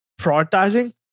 Prioritizing